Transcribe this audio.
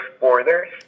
borders